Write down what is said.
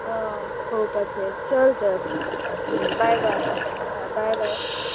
हय पोवपाचें चल तर बाय बाय बाय बाय